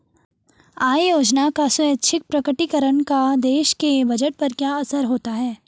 आय योजना का स्वैच्छिक प्रकटीकरण का देश के बजट पर क्या असर होता है?